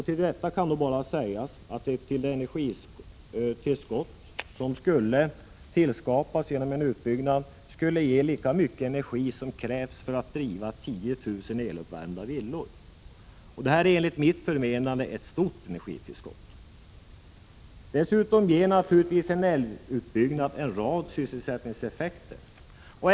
Till detta skall bara sägas att det energitillskott som tillskapas genom en utbyggnad skulle ge lika mycket energi som krävs för 10 000 eluppvärmda villor, och det är enligt mitt förmenande ett stort energitillskott. Dessutom ger naturligtvis en älvutbyggnad en rad sysselsättningseffekter.